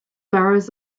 burghs